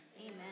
Amen